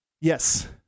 Yes